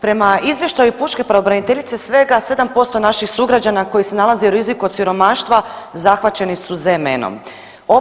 Prema Izvještaju pučke pravobraniteljice, svega 7% naših sugrađana koji se nalaze u riziku od siromaštva zahvaćeni su ZMN-om.